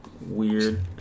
weird